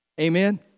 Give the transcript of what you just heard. Amen